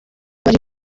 abari